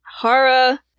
Hara